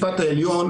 לא רק של נציגי הלשכה.